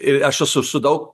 ir aš esu su daug